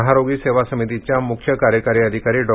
महारोगी सेवा समितीच्या मुख्य कार्यकारी अधिकारी डॉ